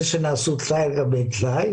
נעשו טלאי על גבי טלאי